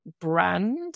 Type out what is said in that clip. brand